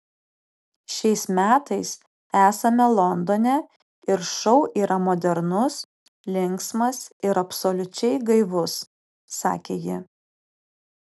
šiais metais esame londone ir šou yra modernus linksmas ir absoliučiai gaivus sakė ji